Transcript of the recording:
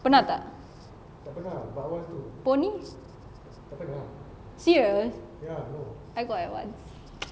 pernah tak pony serious I got eh once